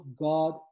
God